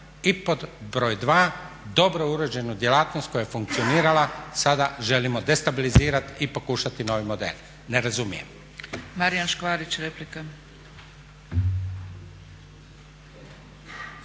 i pod broj dva dobro uređenu djelatnost koja je funkcionirala sada želimo destabilizirati i pokušati novi model. Ne razumijem?